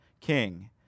king